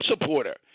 supporter